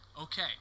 okay